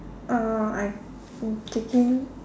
uh I am taking